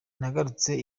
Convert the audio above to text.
tugarutse